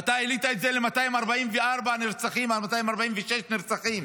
ואתה העלית ל-244 נרצחים, עד 246 נרצחים.